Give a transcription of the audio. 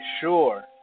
sure